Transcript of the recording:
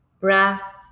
Breath